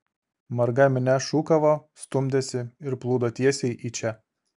marga minia šūkavo stumdėsi ir plūdo tiesiai į čia